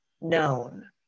known